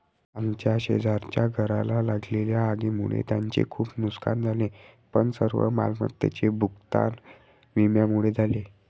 आमच्या शेजारच्या घराला लागलेल्या आगीमुळे त्यांचे खूप नुकसान झाले पण सर्व मालमत्तेचे भूगतान विम्यामुळे झाले